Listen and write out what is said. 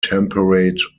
temperate